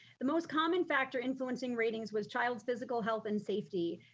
the most common factor influencing ratings was child's physical health and safety,